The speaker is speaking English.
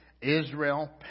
Israel